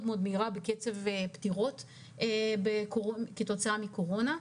מאוד גבוהה בקצב פטירות כתוצאה מקורונה.